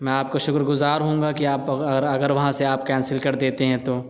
میں آپ کا شکرگزار ہوں گا کہ آپ اگر وہاں سے آپ کینسل کر دیتے ہیں تو